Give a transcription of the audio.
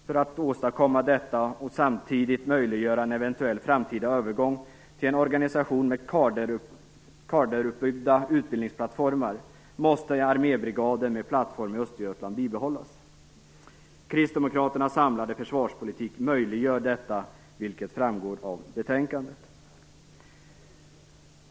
För att åstadkomma detta och samtidigt möjliggöra en eventuell framtida övergång till en organisation med kaderuppbyggda utbildningsplattformar måste armébrigaden med plattform i Östergötland bibehållas. Kristdemokraternas samlade försvarspolitik möjliggör detta, vilket framgår av betänkandet.